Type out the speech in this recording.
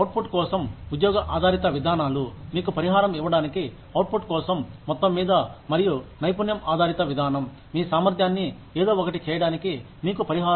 out foot కోసం ఉద్యోగ ఆధారిత విధానాలు మీకు పరిహారం ఇవ్వడానికి అవుట్ కోసం మొత్తం మీద మరియు నైపుణ్యం ఆధారిత విధానం మీ సామర్థ్యాన్ని ఏదో ఒకటి చేయడానికి మీకు పరిహారం